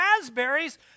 raspberries